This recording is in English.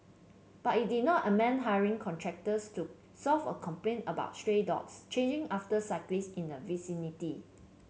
but it did amend hiring contractors to solve a complaint about stray dogs chasing after cyclists in the vicinity